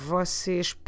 Vocês